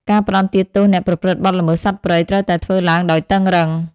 ការផ្តន្ទាទោសអ្នកប្រព្រឹត្តបទល្មើសសត្វព្រៃត្រូវតែធ្វើឡើងដោយតឹងរ៉ឹង។